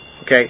okay